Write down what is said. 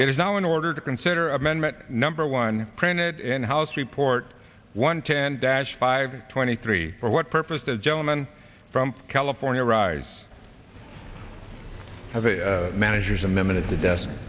is now in order to consider amendment number one printed in house report one ten dash five twenty three for what purpose the gentleman from california arise have a manager's amendment at the desk